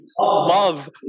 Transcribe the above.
love